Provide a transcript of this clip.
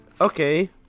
okay